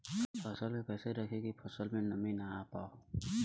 फसल के कैसे रखे की फसल में नमी ना आवा पाव?